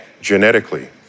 genetically